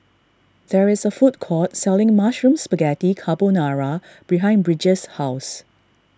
there is a food court selling Mushroom Spaghetti Carbonara behind Bridger's house